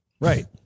right